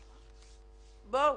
בואו,